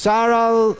Saral